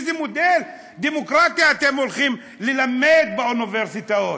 איזה מודל דמוקרטי אתם הולכים ללמד באוניברסיטאות?